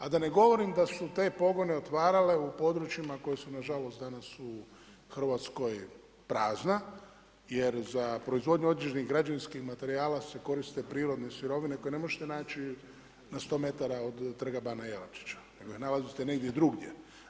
A da ne govorim da su te pogone otvarale u područjima koja su nažalost danas u Hrvatskoj prazna jer za proizvodnju određenih građevinskih materijala se koriste prirodne sirovine koje ne možete naći na 100m od Trga bana Jelačića nego je nalazite negdje drugdje.